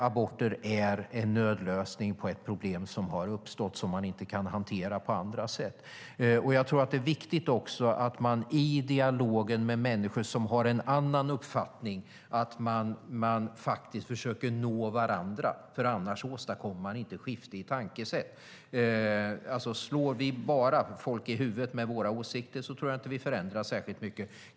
Aborter är en nödlösning på ett problem som har uppstått och som man inte kan hantera på andra sätt. Jag tror också att det är viktigt att man i dialogen med människor som har en annan uppfattning försöker nå varandra. Annars åstadkommer man inte ett skifte i tankesätt. Slår vi bara folk i huvudet med våra åsikter tror jag inte att vi förändrar särskilt mycket.